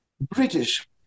British